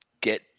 get